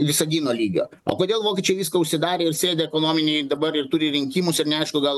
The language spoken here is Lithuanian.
visagino lygio o kodėl vokiečiai viską užsidarė ir sėdi ekonominėj dabar ir turi rinkimus ir neaišku gal